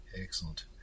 Excellent